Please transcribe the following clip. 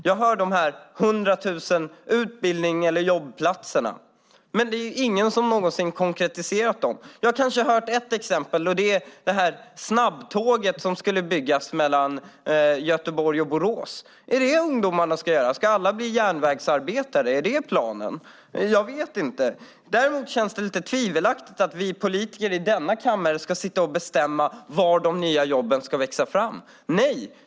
Jag hör er tala om 100 000 jobb och praktikplatser, men det är aldrig någon som konkretiserar det. Det enda exempel jag har hört var snabbtåget som skulle byggas mellan Göteborg och Borås. Ska alla ungdomar alltså bli järnvägsarbetare? Är det er plan? Det känns tvivelaktigt att vi i denna kammare ska bestämma var de nya jobben ska växa fram.